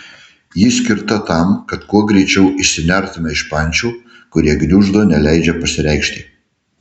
ji skirta tam kad kuo greičiau išsinertumėme iš pančių kurie gniuždo neleidžia pasireikšti